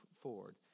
forward